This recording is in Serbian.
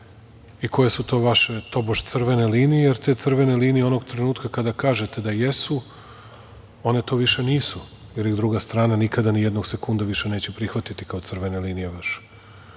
i koja su to vaše, tobože crvene linije, jer te crvene linije onog trenutka kada kažete da jesu, one to više nisu, jer ih druga strana nikada nije nijednog sekunda više neće prihvatiti kao crvene linije. To